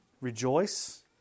Rejoice